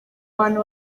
bantu